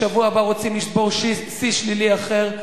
בשבוע הבא רוצים לשבור שיא שלילי אחר.